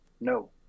No